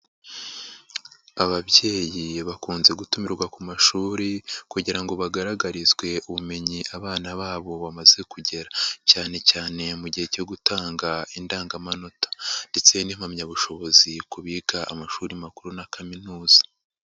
Ababyeyi bakunze gutumirwa ku mashuri kugira ngo bagaragarizwe ubumenyi abana babo bamaze kugira, cyane cyane mu gihe cyo gutanga indangamanota ndetse n'impamyabushobozi ku biga amashuri makuru na kaminuza.